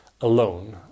alone